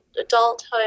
adulthood